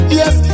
yes